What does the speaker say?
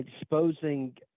exposing